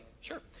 sure